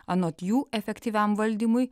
anot jų efektyviam valdymui